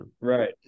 Right